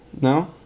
No